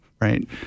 Right